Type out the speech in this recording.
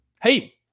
Hey